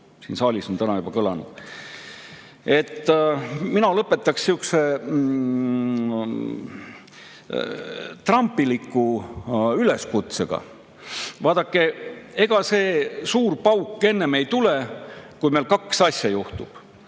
siin saalis on täna juba kõlanud. Ma lõpetan trumpiliku üleskutsega. Vaadake, ega see suur pauk enne ei tule, kui meil juhtub